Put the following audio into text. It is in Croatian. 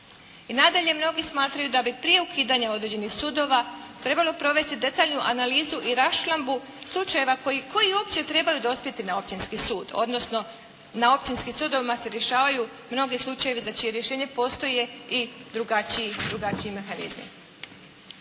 I nadalje, mnogi smatraju da bi prije ukidanja određenih sudova trebalo provesti detaljniju analizu i raščlambu slučajeva koji uopće trebaju dospjeti na općinski sud odnosno na općinskim sudovima se rješavaju mnogi slučajevi za čije rješenje postoje i drugačiji mehanizmi.